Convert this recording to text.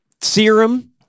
serum